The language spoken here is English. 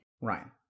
Ryan